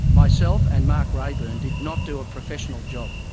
myself and mark raeburn did not do a professional job?